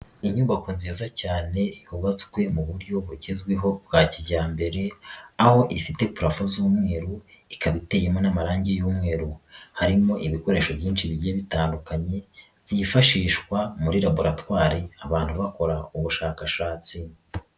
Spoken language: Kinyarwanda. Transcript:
Inyubako nziza cyane hubatswe mu buryo bugezweho bwa kijyambere, aho ifite profe z'umweru ikaba iteyemo n'amarangi y'umweru, harimo ibikoresho byinshi bigiye bitandukanye byifashishwa muri laboratwari abantu bakora ubushakashatsi.